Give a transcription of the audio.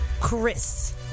Chris